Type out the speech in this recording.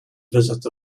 visits